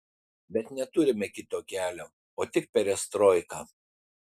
bet neturime kito kelio o tik perestroiką